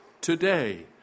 Today